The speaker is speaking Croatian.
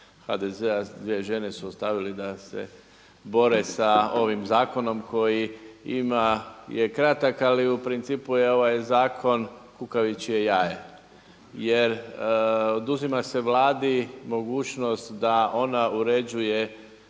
HDZ-a dvije žene su ostavili da se bore sa ovim zakonom koji ima, je kratak ali u principu je ovaj zakon kukavičje jaje. Jer oduzima se Vladi mogućnost da ona uređuje